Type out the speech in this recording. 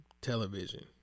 television